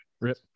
Rip